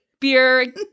beer